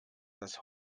das